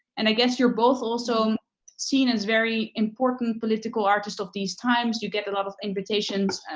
and i guess you're both also seen as very important political artists of these times. you get a lot of invitations.